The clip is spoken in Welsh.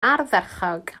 ardderchog